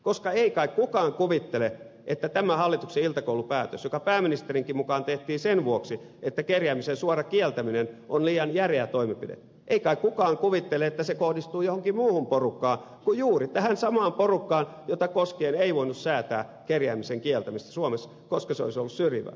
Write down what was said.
ei kai kukaan kuvittele että tämä hallituksen iltakoulun päätös joka pääministerinkin mukaan tehtiin sen vuoksi että kerjäämisen suora kieltäminen on liian järeä toimenpide eikä kukaan kuvittele että se kohdistuu johonkin muuhun porukkaan kuin juuri tähän samaan porukkaan jota koskien ei voinut säätää kerjäämisen kieltämistä suomessa koska se olisi ollut syrjivää